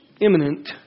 imminent